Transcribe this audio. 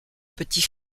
petit